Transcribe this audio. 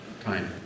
time